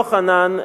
יוחנן,